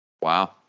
Wow